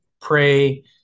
pray